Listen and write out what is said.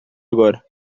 agora